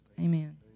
Amen